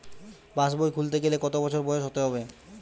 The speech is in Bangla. পাশবই খুলতে গেলে কত বছর বয়স হতে হবে?